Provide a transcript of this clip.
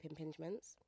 impingements